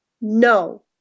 no